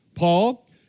Paul